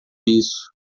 isso